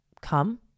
come